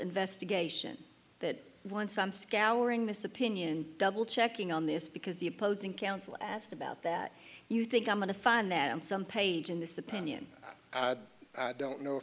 investigation that one some scouring this opinion double checking on this because the opposing counsel asked about that you think i'm going to find them some page in this opinion i don't know